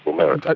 merit.